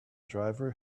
driver